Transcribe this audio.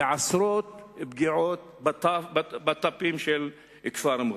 לעשרות פגיעות בטף בכפר מע'אר.